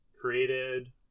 created